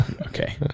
Okay